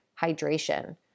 hydration